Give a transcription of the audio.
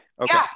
Okay